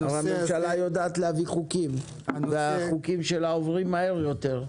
הרי הממשלה יודעת להביא חוקים והחוקים שלה עוברים מהר יותר.